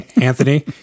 Anthony